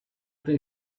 they